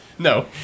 No